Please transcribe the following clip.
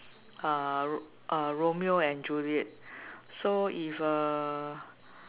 uh uh Romeo and Juliet so if uh